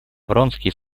вронский